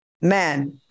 Man